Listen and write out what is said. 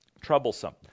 troublesome